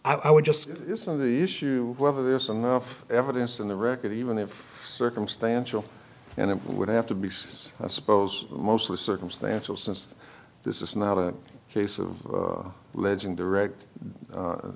i would just isn't the issue whether there's enough evidence in the record even if circumstantial and it would have to be i suppose mostly circumstantial since this is not a case of legend direct